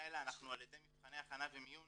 האלה אנחנו על ידי מבחני הכנה ומיון